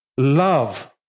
love